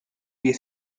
pie